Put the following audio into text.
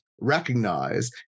recognize